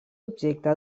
objecte